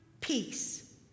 peace